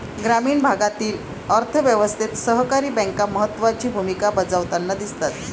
ग्रामीण भागातील अर्थ व्यवस्थेत सहकारी बँका महत्त्वाची भूमिका बजावताना दिसतात